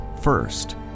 first